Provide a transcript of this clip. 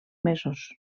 mesos